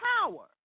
power